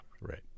Right